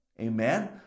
Amen